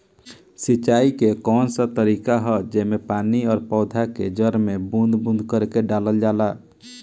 सिंचाई क कउन सा तरीका ह जेम्मे पानी और पौधा क जड़ में बूंद बूंद करके डालल जाला?